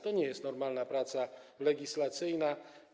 To nie jest normalna praca legislacyjna.